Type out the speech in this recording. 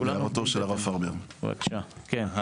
בבקשה, כן.